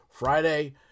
Friday